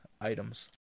items